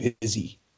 busy